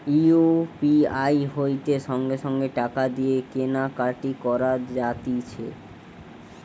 UPI হইতে সঙ্গে সঙ্গে টাকা দিয়ে কেনা কাটি করা যাতিছে